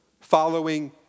following